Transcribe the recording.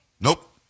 Nope